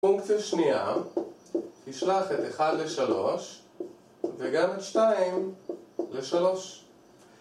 פונקציה שנייה, תשלח את 1 ל-3 וגם את 2 ל-3